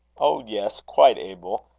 oh, yes! quite able.